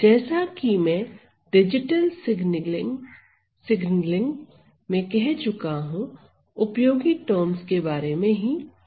जैसा कि मैं डिजिटल सिगनलिंग में कह चुका हूं उपयोगी टर्म्स के बारे में बताऊंगा